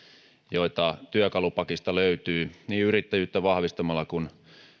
joita työkalupakista löytyy niin yrittäjyyttä vahvistamalla kuin